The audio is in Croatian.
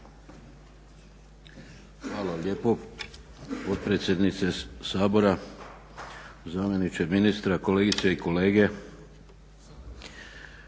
Hvala lijepo potpredsjednice Sabora, zamjeniče ministra, kolegice i kolege.